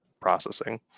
processing